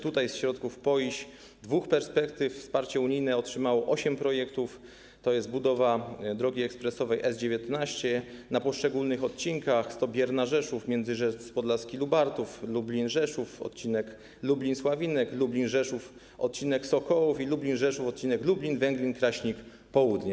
Tutaj ze środków PO IiŚ dwóch perspektyw wsparcie unijne otrzymało osiem projektów, tj. budowa drogi ekspresowej S19 na poszczególnych odcinkach: Stobierna - Rzeszów, Międzyrzec Podlaski - Lubartów, Lublin - Rzeszów, odcinek Lublin - Sławinek, Lublin - Rzeszów, odcinek Sokołów, i Lublin - Rzeszów, odcinek Lublin Węglin - Kraśnik Południe.